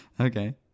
Okay